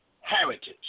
heritage